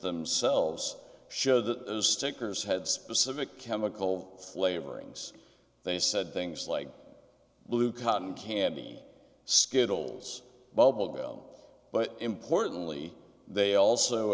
themselves showed that those stickers had specific chemical flavorings they said things like blue cotton candy skittles bubble bill but importantly they also